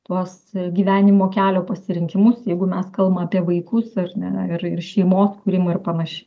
tuos gyvenimo kelio pasirinkimus jeigu mes kalbam apie vaikus ar ne ir ir šeimos kūrimą ir panašiai